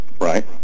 Right